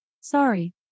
Sorry